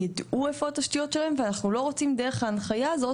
ידעו איפה התשתיות שלהם ואנחנו לא רוצים דרך ההנחיה הזאת